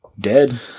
dead